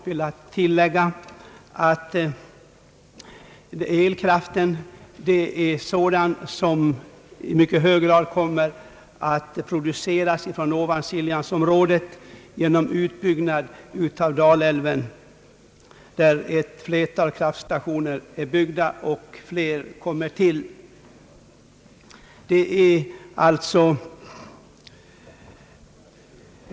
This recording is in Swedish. Vidare kan tilläggas att elkraft i ökad utsträckning kommer att kunna produceras i Ovansiljansområdet genom ytterligare utbyggnad av Dalälven.